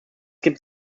gibt